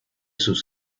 sus